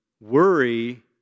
worry